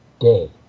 day